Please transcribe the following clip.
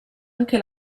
anche